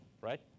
right